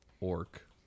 orc